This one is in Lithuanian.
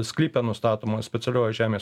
sklype nustatomos specialioji žemės